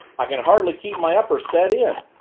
i can hardly keep my upper set in,